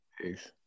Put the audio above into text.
Peace